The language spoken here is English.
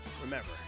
Remember